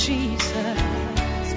Jesus